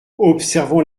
observons